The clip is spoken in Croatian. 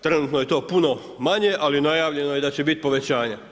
Trenutno je to puno manje ali najavljeno je da će biti povećanja.